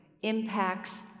impacts